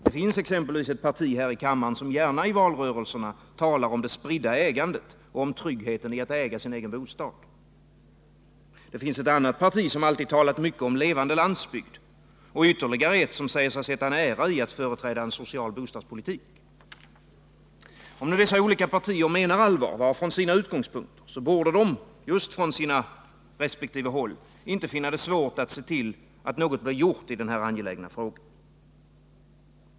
Det finns exempelvis ett parti här i kammaren som gärna i valrörelserna 169 talar om det spridda ägandet och om tryggheten i att äga sin egen bostad. Det finns ett annat parti som alltid talat mycket om levande landsbygd och ytterligare ett som säger sig sätta en ära i att företräda en social bostadspolitik. Om nu dessa olika partier menar allvar, vart och ett från sina utgång: punkter, borde de just från sina resp. utgångspunkter inte finna det svårt att se till att något blir gjort i denna angelägna fråga.